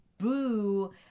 boo